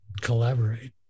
collaborate